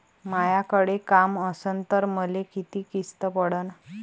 मायाकडे काम असन तर मले किती किस्त पडन?